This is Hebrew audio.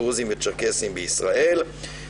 דרוזים וצ'רקסיים בישראל,